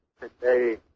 today